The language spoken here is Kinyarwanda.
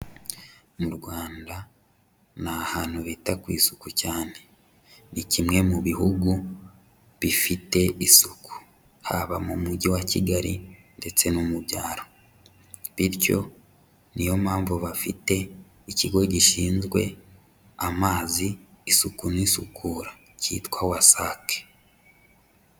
Mu Rwanda ni ahantu bita ku isuku cyane, ni kimwe mu bihugu bifite isuku, haba mu mujyi wa Kigali ndetse no mu byaro, bityo niyo mpamvu bafite ikigo gishinzwe amazi, isuku n'isukura, cyitwa WASAC.